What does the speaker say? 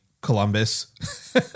Columbus